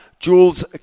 Jules